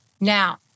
Now